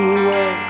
away